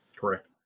Correct